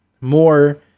more